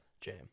Jam